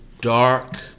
Dark